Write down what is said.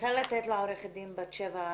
רוצה לתת לעורכת דין בת-שבע שרמן-שני,